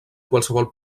qualsevol